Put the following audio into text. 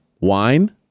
wine